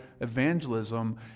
evangelism